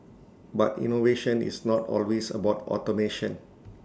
but innovation is not always about automation